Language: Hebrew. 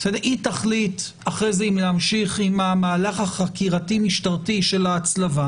היא תחליט אחרי זה האם להמשיך עם המהלך החקירתי משטרתי של ההצלבה.